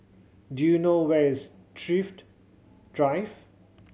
do you know where is Thrift Drive